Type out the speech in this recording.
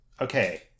Okay